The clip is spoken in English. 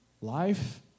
life